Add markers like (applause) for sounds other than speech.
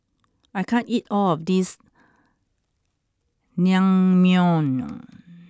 I can't eat all of this Naengmyeon (noise)